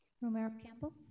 Romero-Campbell